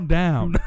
down